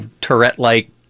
Tourette-like